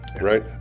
right